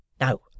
now